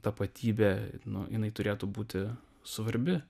tapatybė nu jinai turėtų būti svarbi